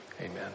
Amen